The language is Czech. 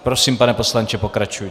Prosím, pane poslanče, pokračujte.